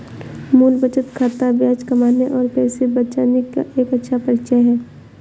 मूल बचत खाता ब्याज कमाने और पैसे बचाने का एक अच्छा परिचय है